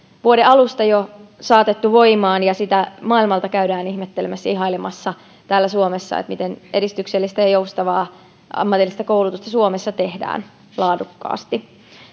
vuoden alusta saatettu voimaan ja sitä maailmalta käydään ihmettelemässä ja ihailemassa täällä suomessa miten edistyksellistä ja joustavaa ammatillista koulutusta suomessa tehdään laadukkaasti